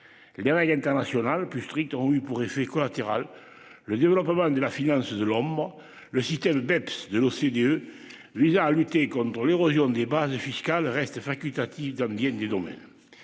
Les règles internationales plus strictes ont eu pour effet collatéral, le développement de la finance de l'ombre le système Betz de l'OCDE visant à lutter contre l'érosion des bases fiscales reste facultative d'hommes viennent domaines.